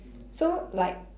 so like